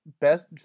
Best